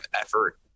effort